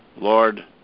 Lord